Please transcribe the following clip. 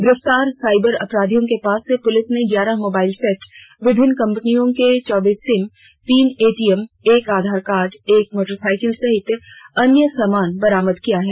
गिरफ्तार साइबर अपराधियों के पास से पुलिस ने ग्यारह मोबाइल सेट विभिन्न कंपनियों के चौबीस सिम तीन एटीएम एक आधार कार्ड एक मोटरसाइकिल सहित अन्य सामान बरामद किया है